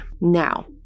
Now